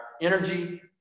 energy